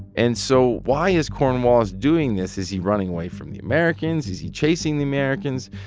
and so why is cornwallis doing this? is he running away from the americans? is he chasing the americans?